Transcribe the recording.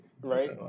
right